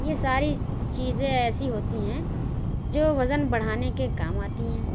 یہ ساری چیزیں ایسی ہوتی ہیں جو وزن بڑھانے کے کام آتی ہیں